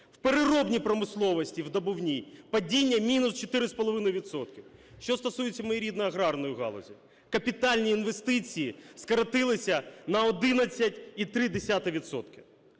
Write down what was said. В переробній промисловості видобувній падіння – мінус 4,5 відсотка. Що стосується моєї рідної агарної галузі, капітальні інвестиції скоротилися на 11,3